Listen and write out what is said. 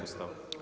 Ustava.